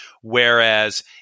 whereas